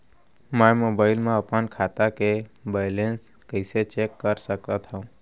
मैं मोबाइल मा अपन खाता के बैलेन्स कइसे चेक कर सकत हव?